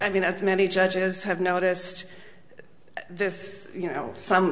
i mean it's many judges have noticed this you know some